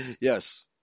Yes